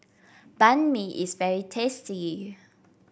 Banh Mi is very tasty